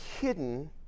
hidden